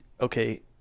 okay